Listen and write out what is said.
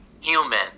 human